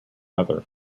other